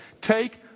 Take